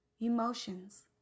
Emotions